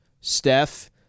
Steph